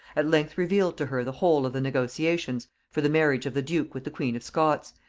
at length revealed to her the whole of the negotiations for the marriage of the duke with the queen of scots,